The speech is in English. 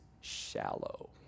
shallow